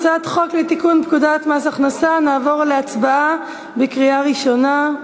הצעת חוק לתיקון פקודת מס הכנסה (מס' 198). נעבור להצבעה בקריאה ראשונה.